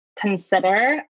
consider